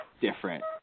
different